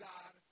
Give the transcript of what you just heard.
God